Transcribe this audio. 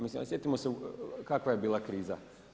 Mislim, sjetimo se kakva je bila kriza.